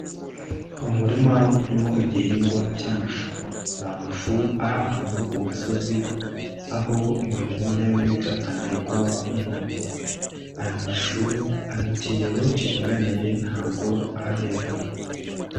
Umurima urimo igihingwa cy'amashu. Ni amashu ari ahantu ku gasozi, aho ibibabi bimwe na bimwe byatangiye kuba umuhondo. Aya mashu ari mu kigero kiringaniye ntabwo arera.